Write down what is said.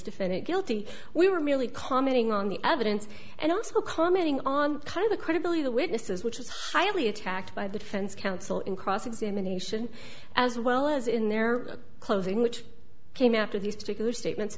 defendant guilty we were merely commenting on the evidence and also commenting on kind of the credibility the witnesses which is highly attacked by the defense counsel in cross examination as well as in their closing which came after these particular statement